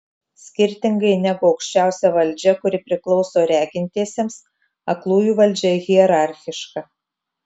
skirtingai negu aukščiausia valdžia kuri priklauso regintiesiems aklųjų valdžia hierarchiška